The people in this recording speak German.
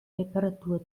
reparatur